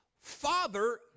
father